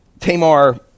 Tamar